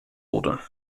wurde